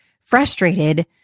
frustrated